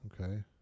Okay